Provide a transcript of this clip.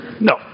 No